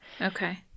Okay